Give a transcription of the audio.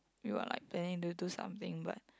you're like planning to do something but